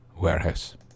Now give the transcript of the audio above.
Warehouse